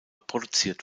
produziert